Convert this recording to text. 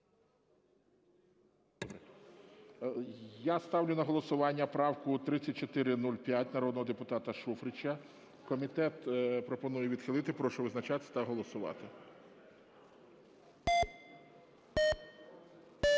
Я ставлю на голосування правку 3405 народного депутата Шуфрича. Комітет пропонує відхилити. Прошу визначатись та голосувати.